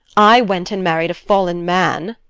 i went and married a fallen man.